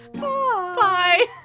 Bye